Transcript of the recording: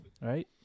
right